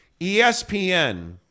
ESPN